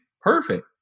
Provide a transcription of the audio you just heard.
Perfect